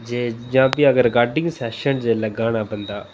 जां प्ही recording session च गाना पौंदा